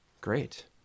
Great